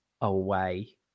away